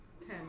Ten